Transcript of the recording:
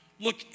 look